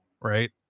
right